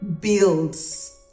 builds